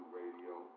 Radio